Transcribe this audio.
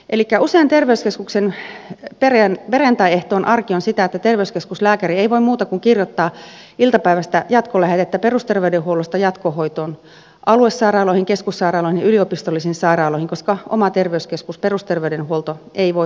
elikkä usein terveyskeskuksen perjantaiehtoon arki on sitä että terveyskeskuslääkäri ei voi muuta kuin kirjoittaa iltapäivästä jatkolähetettä perusterveydenhuollosta jatkohoitoon aluesairaaloihin keskussairaaloihin ja yliopistollisiin sairaaloihin koska oma terveyskeskus perusterveydenhuolto ei voi hoitaa